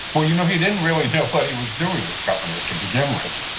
well, you know he didn't really know what he was doing as governor, to begin with.